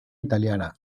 italiana